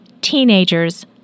teenagers